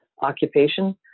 occupation